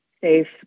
safe